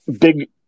big